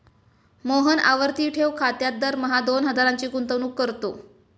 मोहन आवर्ती ठेव खात्यात दरमहा दोन हजारांची गुंतवणूक करतो